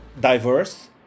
diverse